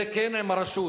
זה כן עם הרשות.